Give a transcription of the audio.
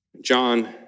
John